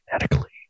genetically